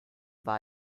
war